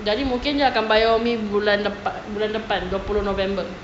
jadi mungkin dia akan bayar umi bulan depan bulan depan dua puluh november